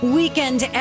weekend